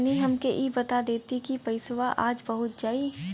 तनि हमके इ बता देती की पइसवा आज पहुँच जाई?